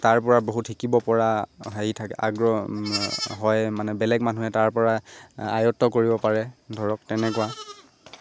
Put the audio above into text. তাৰ পৰা বহুত শিকিব পৰা হেৰি থাকে আগ্ৰহ হয় মানে বেলেগ মানুহে তাৰপৰা আয়ত্ব কৰিব পাৰে ধৰক তেনেকুৱা